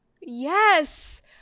Yes